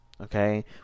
okay